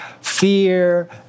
fear